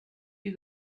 you